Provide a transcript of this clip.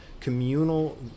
communal